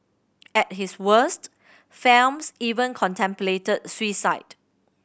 at his worst Phelps even contemplated suicide